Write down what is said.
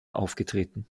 aufgetreten